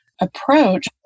approach